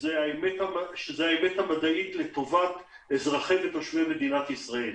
שהוא האמת המדעית לטובת אזרחי ותושבי מדינת ישראל.